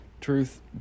Truth